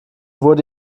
wurde